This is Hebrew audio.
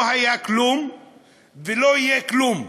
לא היה כלום ולא יהיה כלום.